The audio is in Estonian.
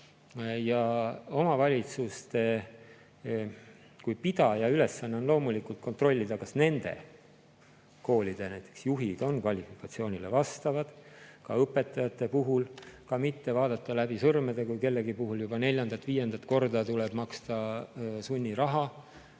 Ja omavalitsuse kui [kooli] pidaja ülesanne on loomulikult kontrollida, kas nende koolide juhid on kvalifikatsioonile vastavad, samuti õpetajad. Ka ei saa vaadata läbi sõrmede, kui kellegi puhul juba neljandat-viiendat korda tuleb maksta sunniraha.